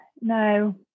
no